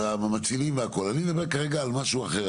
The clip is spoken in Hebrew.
אני מדבר כרגע על משהו אחר,